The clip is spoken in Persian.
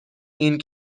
این